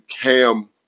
Cam